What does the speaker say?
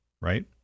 right